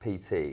pt